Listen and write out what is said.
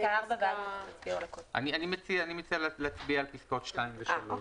אני מציע להצביע על פסקאות (2) ו-(3).